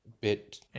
bit